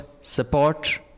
support